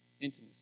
intimacy